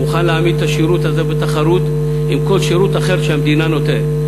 מוכן להעמיד את השירות הזה בתחרות עם כל שירות אחר שהמדינה נותנת,